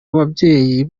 n’ababyeyi